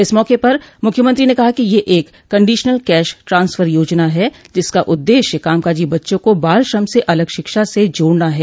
इस मौके पर मुख्यमंत्री ने कहा कि यह एक कंडीशनल कैश ट्रांसफर योजना है जिसका उद्देश्य कामकाजी बच्चों को बाल श्रम से अलग शिक्षा से जोड़ना है